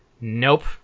Nope